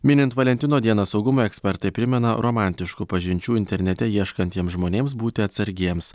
minint valentino dieną saugumo ekspertai primena romantiškų pažinčių internete ieškantiems žmonėms būti atsargiems